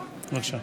בבקשה.